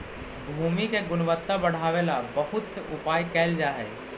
भूमि के गुणवत्ता बढ़ावे ला बहुत से उपाय कैल जा हई